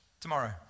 Tomorrow